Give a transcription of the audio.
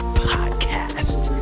podcast